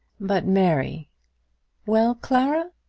but, mary well, clara!